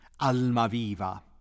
Almaviva